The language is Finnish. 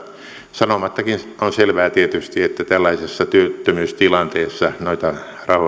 sanomattakin on selvää tietysti että tällaisessa työttömyystilanteessa noita rahoja on